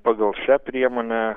pagal šią priemonę